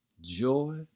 Joy